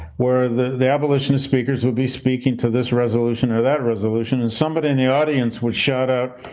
where the the abolitionist speakers will be speaking to this resolution or that resolution and somebody in the audience would shut up,